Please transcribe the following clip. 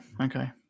okay